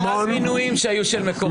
------ מינויים שהיו של מקורבים.